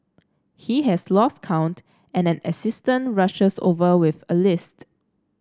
he has lost count and an assistant rushes over with a list